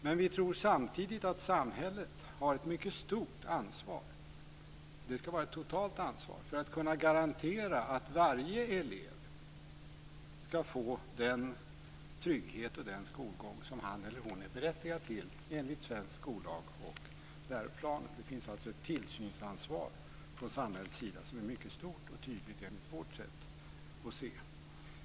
Men vi tror samtidigt att samhället har ett mycket stort ansvar, och det ska vara ett totalt ansvar, för att kunna garantera att varje elev ska få den trygghet och den skolgång som han eller hon är berättigad till enligt svensk skollag och läroplanen. Det finns alltså ett tillsynsansvar från samhällets sida som är mycket stort och tydligt enligt vårt sätt att se.